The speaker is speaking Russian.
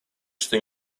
что